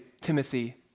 Timothy